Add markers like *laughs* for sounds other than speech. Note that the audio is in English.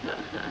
*laughs*